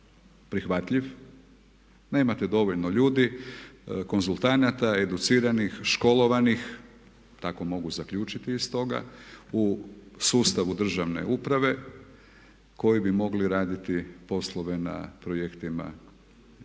prihvatljiv. Nemate dovoljno ljudi, konzultanata, educiranih, školovanih tako mogu zaključiti iz toga u sustavu državne uprave koji bi mogli raditi poslove na projektima europskih